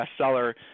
bestseller